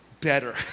better